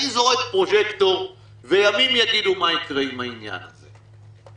אני זורק פרוז'קטור וימים יגידו מה קורה עם העניין הזה.